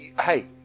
hey